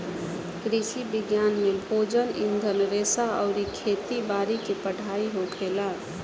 कृषि विज्ञान में भोजन, ईंधन रेशा अउरी खेती बारी के पढ़ाई होखेला